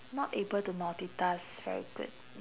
not able to multitask very good